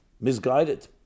misguided